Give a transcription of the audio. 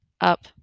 up